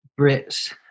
Brits